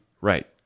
Right